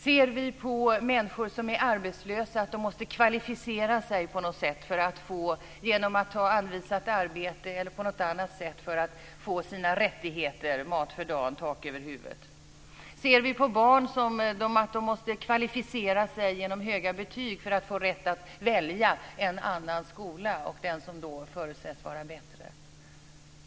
Ser vi på människor som är arbetslösa så att de på något sätt måste kvalificera sig för att t.ex. genom att ta anvisat arbete få sina rättigheter - mat för dagen och tak över huvudet? Ser vi på barn så att de måste kvalificera sig genom höga betyg för att få rätt att välja en annan skola, en som förutsätts vara bättre?